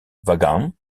vaughan